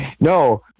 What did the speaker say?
No